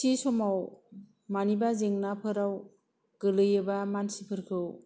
थि समाव मानिबा जेंनाफोराव गोलैयोबा मानसिफोरखौ